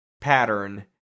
pattern